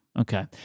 Okay